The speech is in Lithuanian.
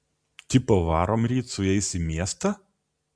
tipo varom ryt su jais į miestą